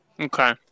Okay